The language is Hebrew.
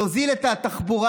להוזיל את התחבורה,